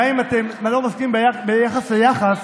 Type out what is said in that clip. גם אם אתם לא מסכימים ביחס ליחס.